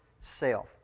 self